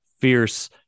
fierce